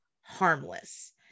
harmless